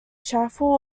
chapel